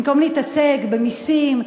במקום להתעסק במסים,